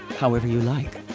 however you like.